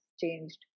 changed